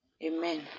Amen